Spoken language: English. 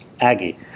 Aggie